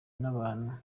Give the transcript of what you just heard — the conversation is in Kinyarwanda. n’abantu